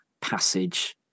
passage